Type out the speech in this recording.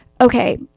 okay